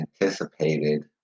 anticipated